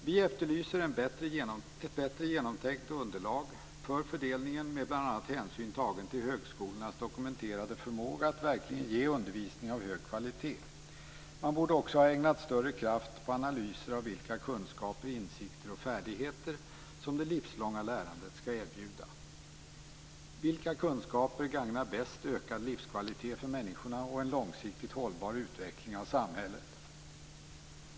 Miljöpartiet efterlyser ett bättre genomtänkt underlag för fördelningen, med bl.a. hänsyn tagen till högskolornas dokumenterade förmåga att verkligen ge undervisning av hög kvalitet. Större kraft borde också ha ägnats åt analyser av vilka kunskaper, insikter och färdigheter det livslånga lärandet skall erbjuda. Vilka kunskaper gagnar bäst ökad livskvalitet för människorna och en långsiktigt hållbar utveckling av samhället?